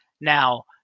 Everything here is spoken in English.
Now